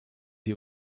die